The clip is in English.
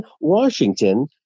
Washington